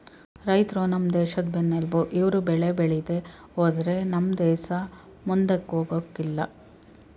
ರೈತ್ರು ನಮ್ ದೇಶದ್ ಬೆನ್ನೆಲ್ಬು ಇವ್ರು ಬೆಳೆ ಬೇಳಿದೆ ಹೋದ್ರೆ ನಮ್ ದೇಸ ಮುಂದಕ್ ಹೋಗಕಿಲ್ಲ